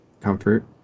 comfort